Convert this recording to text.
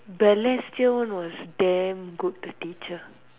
Balestier one was damn good the teacher